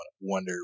wonder